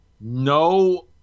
No